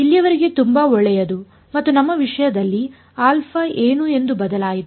ಇಲ್ಲಿಯವರೆಗೆ ತುಂಬಾ ಒಳ್ಳೆಯದು ಮತ್ತು ನಮ್ಮ ವಿಷಯದಲ್ಲಿ ಏನು ಎಂದು ಬದಲಾಯಿತು